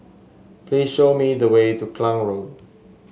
please show me the way to Kallang Road